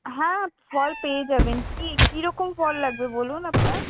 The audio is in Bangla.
হ্যাঁ ফল পেয়ে যাবেন কী কী রকম ফল লাগবে বলুন আপনার